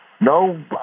no